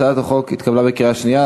הצעת החוק התקבלה בקריאה שנייה.